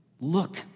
Look